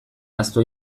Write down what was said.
ahaztu